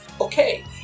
Okay